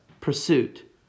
pursuit